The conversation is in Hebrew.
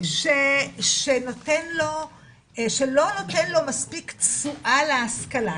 שנותן לו שלא נותן לו מספיק תשואה להשכלה.